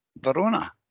Verona